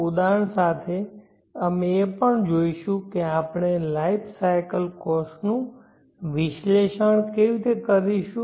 ઉદાહરણ સાથે અમે એ પણ જોઈશું કે આપણે લાઈફ સાયકલ કોસ્ટ નું વિશ્લેષણ કેવી રીતે કરીશું